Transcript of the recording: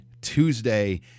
Tuesday